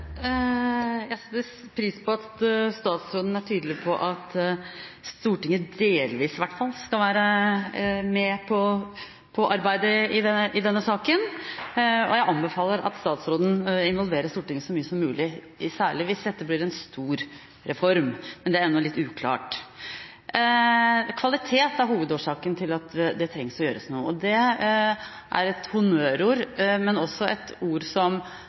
Jeg setter pris på at statsråden er tydelig på at Stortinget i hvert fall delvis skal være med på arbeidet i denne saken, og jeg anbefaler statsråden å involvere Stortinget så mye som mulig – særlig hvis dette blir en stor reform. Men det er ennå litt uklart. Kvalitet er hovedårsaken til at det trengs å gjøres noe, og det er et honnørord, men det er også et ord som